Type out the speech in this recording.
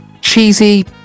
cheesy